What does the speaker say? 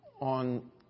on